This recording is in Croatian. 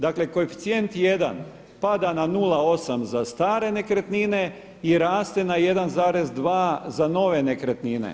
Dakle koeficijent 1 pada na 0,8 za stare nekretnine i raste na 1,2 za nove nekretnine.